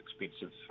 expensive